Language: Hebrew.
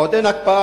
עוד אין הקפאה,